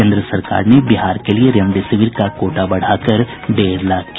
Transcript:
केन्द्र सरकार ने बिहार के लिए रेमडेसिविर का कोटा बढ़ाकर डेढ लाख किया